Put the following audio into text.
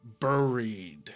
buried